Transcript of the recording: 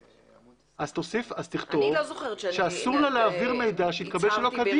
אז תכתוב שאסור לה להעביר מידע שהתקבל שלא כדין.